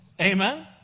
Amen